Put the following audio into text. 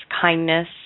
kindness